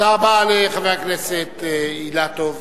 תודה רבה לחבר הכנסת אילטוב.